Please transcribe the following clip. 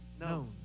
known